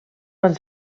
van